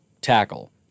tackle